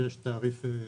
שיש תעריף נפרד.